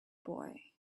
boy